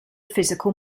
physical